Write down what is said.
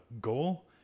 goal